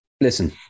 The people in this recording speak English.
listen